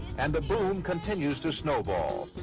and the boom continues to snowball,